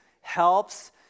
helps